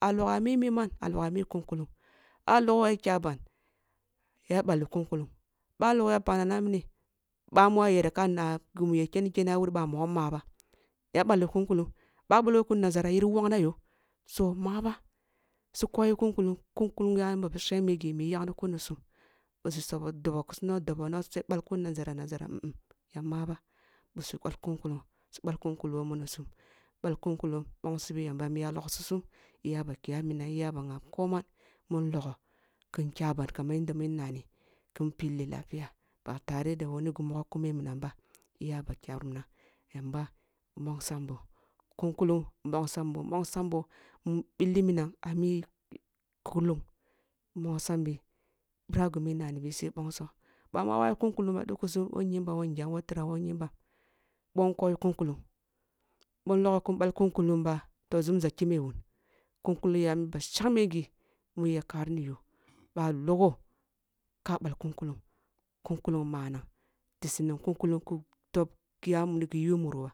A lgh a mimi mon? A logh a mi kur kallung boh a logho ya kya ban ya balli kun kullung, boh a logho ya pagh mane mini bamu ayar ka na gumi ya ken kene a wuir mogho ma bay a balli kun kullung boh a ballo kun nazara yiri woghna yoh so ma bas u koyi kum kullung kun kullung yanisum doboh kusi nono doboh no su bakun nazara nazara ya ma ba disu balk un kullung sub al kun kullung who munisum balk un kullung bongsibi yamba mu ya logsi sum iyaba kiyayi minam iyaba ngabam koman boh logoh kin kyaban kaman yanda mun nani kun plli lafiya ba tareh da ku gi mogoh kumeh minam ɓa iyaba kyar minam yamba mbongsam boh, kun kullung mbong sam boh mbongsam boh mu billi minam a mi kullung mbongsam bi bira gami nnanibi sai bongsoh bamu wawu kun kkullung ba dukusum woh nyimba, who ngyam, who tiram, who nyimbam bohn koyi kun kullung boh logh balk un ullung bat oh zamza kimeh wun kun kullung yami bashagme gi mu ya karini yoh bwa a logho ka balk un kullung kun kullung manang di si ning kun kullung ki bob yaieu giyyu muru ba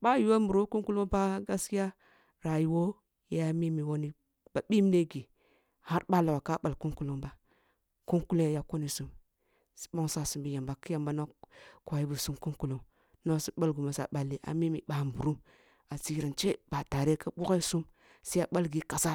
boh a yoh muru who kun kullung ba haskiya rayiwa ya mimi wani gi bibne gi har boh a logoh ka balk un kullung ba kun kullung ya yagh kunisum su bongsasim bbi yamba ki amba noni koyi bisum kun kullung nono bal gimi su bali a mimi bamburum asirance ba tare ke woghesum siya balgi kaza.